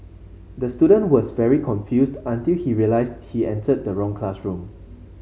the student was very confused until he realised he entered the wrong classroom